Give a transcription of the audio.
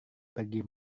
pergi